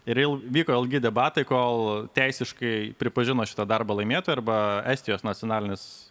ir vėl vyko ilgi debatai kol teisiškai pripažino šitą darbą laimėtu arba estijos nacionalinis